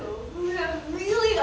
oh really